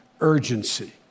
urgency